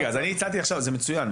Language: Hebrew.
זה מצוין,